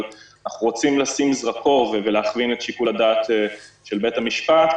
אבל אנחנו רוצים לשים זרקור ולהכווין את שיקול הדעת של בית המשפט,